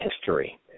history